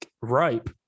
ripe